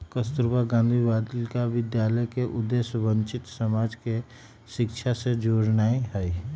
कस्तूरबा गांधी बालिका विद्यालय के उद्देश्य वंचित समाज के शिक्षा से जोड़नाइ हइ